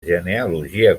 genealogia